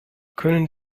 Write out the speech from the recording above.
können